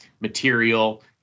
material